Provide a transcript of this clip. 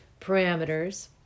parameters